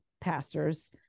pastors